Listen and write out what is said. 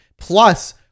plus